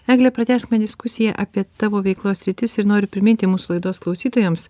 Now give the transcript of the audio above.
egle pratęsime diskusiją apie tavo veiklos sritis ir noriu priminti mūsų laidos klausytojams